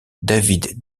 david